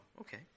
Okay